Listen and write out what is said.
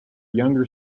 younger